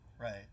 Right